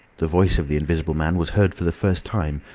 the voice of the invisible man was heard for the first time,